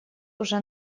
уже